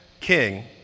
King